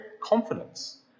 confidence